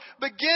Begin